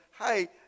hey